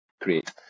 create